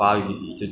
讲什么事